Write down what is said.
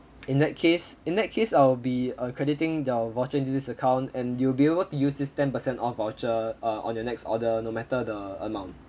in that case in that case I'll be uh crediting your voucher into this account and you'll be able to use this ten percent off voucher uh on your next order no matter the amount